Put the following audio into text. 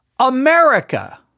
America